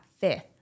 fifth